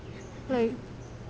like